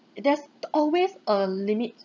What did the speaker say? there's always a limit